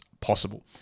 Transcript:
possible